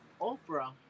Oprah